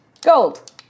gold